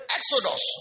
Exodus